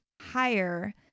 higher